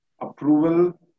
approval